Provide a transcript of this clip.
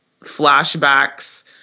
flashbacks